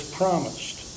promised